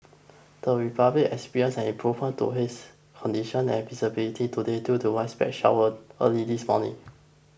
the Republic experienced an improvement to haze conditions and visibility today due to widespread showers early this morning